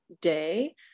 day